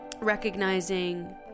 recognizing